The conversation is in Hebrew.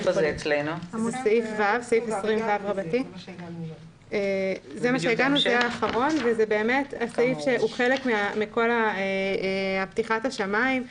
זה סעיף 20ו. זה הסעיף האחרון וזה באמת סעיף שהוא חלק מכל פתיחת השמים.